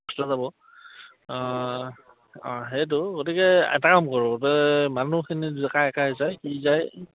যোৱা যাব অঁ সেইটো গতিকে এটা কাম কৰোঁ তই মানুহখিনি কাই কাই যায় কি যায়